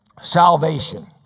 Salvation